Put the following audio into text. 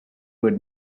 would